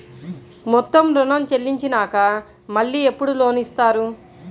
మొత్తం ఋణం చెల్లించినాక మళ్ళీ ఎప్పుడు లోన్ ఇస్తారు?